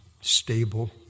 stable